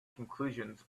conclusions